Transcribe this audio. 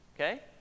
Okay